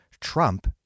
Trump